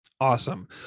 awesome